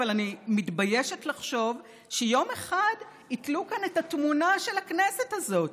אבל אני מתביישת לחשוב שיום אחד יתלו את התמונה של הכנסת הזאת.